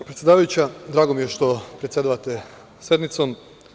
Predsedavajuća, drago mi je što predsedavate sednicom.